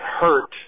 hurt